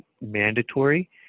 mandatory